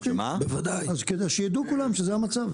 אז שידעו כולם שזה המצב.